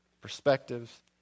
perspectives